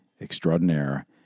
extraordinaire